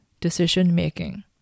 decision-making